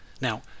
Now